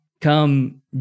come